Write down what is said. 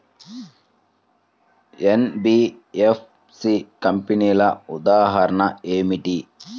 NBFC కంపెనీల ఉదాహరణ ఏమిటి?